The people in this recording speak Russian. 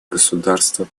государство